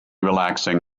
relaxing